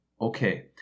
Okay